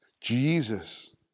Jesus